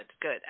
Good